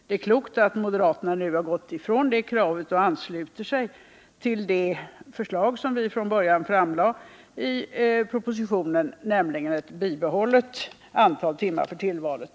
Det är klokt av moderaterna att de nu har gått ifrån det kravet och ansluter sig till det förslag som vi från början framlade i propositionen, nämligen ett bibehållet antal timmar för tillvalet.